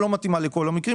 היא לא מתאימה לכל המקרים.